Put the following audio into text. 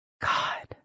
God